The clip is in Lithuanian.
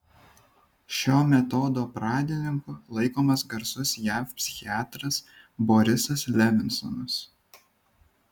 šio metodo pradininku laikomas garsus jav psichiatras borisas levinsonas